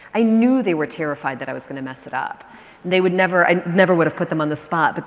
i knew they were terrified that i was going to mess it up. and they would never, i never would have put them on the spot. but